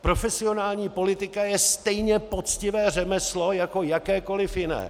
Profesionální politika je stejně poctivé řemeslo jako jakékoliv jiné.